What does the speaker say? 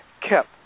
kept